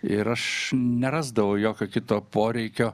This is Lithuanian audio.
ir aš nerasdavau jokio kito poreikio